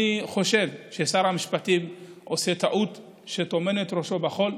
אני חושב ששר המשפטים עושה טעות שהוא טומן את ראשו בחול,